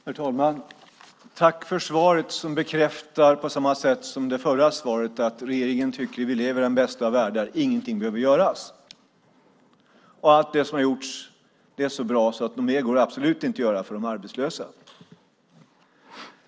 Herr talman! Jag vill tacka för svaret som på samma sätt som det förra svaret bekräftar att regeringen tycker att vi lever i den bästa av världar, att ingenting behöver göras och att allt som har gjorts är så bra att något mer absolut inte går att göra för de arbetslösa.